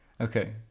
Okay